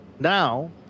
now